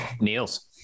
Niels